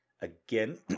Again